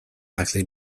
likely